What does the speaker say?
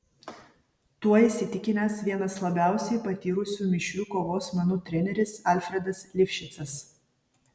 tuo įsitikinęs vienas labiausiai patyrusių mišrių kovos menų treneris alfredas lifšicas